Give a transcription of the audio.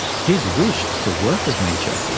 his wish is to work with nature,